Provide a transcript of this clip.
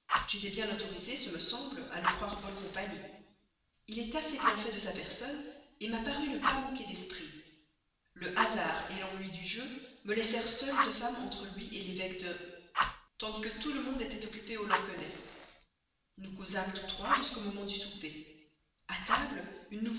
j'étais bien autorisée ce me semble à le croire bonne compagnie il est assez bien fait de sa personne m'a paru ne pas manquer d'esprit le hasard l'ennui du jeu me laissèrent seule de femme entre lui l'évêque de tandis que tout le monde était occupé au lansquenet nous causâmes tous trois jusqu'au moment du souper à table